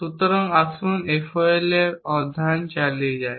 সুতরাং আসুন FOL এর অধ্যয়ন চালিয়ে যাই